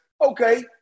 okay